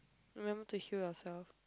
remember to heal yourself